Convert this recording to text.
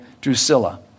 Drusilla